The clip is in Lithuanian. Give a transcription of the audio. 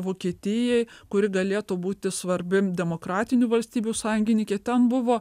vokietijai kuri galėtų būti svarbi demokratinių valstybių sąjungininkė ten buvo